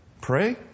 Pray